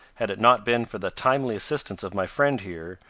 had it not been for the timely assistance of my friend here,